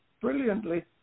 brilliantly